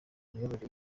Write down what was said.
imiyoborere